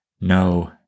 no